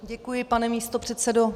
Děkuji, pane místopředsedo.